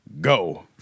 Go